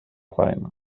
faena